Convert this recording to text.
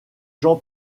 jean